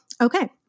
Okay